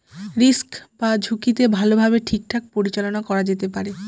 risk বা ঝুঁকিকে ভালোভাবে ঠিকঠাক পরিচালনা করা যেতে পারে